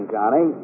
Johnny